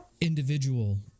individual